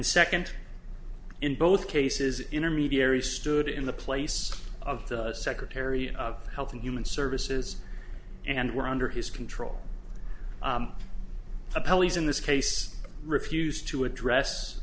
and second in both cases intermediary stood in the place of the secretary of health and human services and were under his control the police in this case refused to address